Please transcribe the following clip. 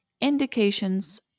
Indications